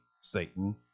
Satan